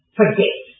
forget